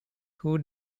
who